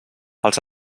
els